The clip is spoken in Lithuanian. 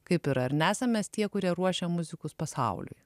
kaip yra ar nesam mes tie kurie ruošia muzikus pasauliui